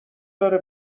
داره